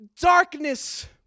darkness